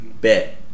Bet